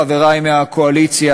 חברי מהקואליציה,